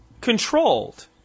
controlled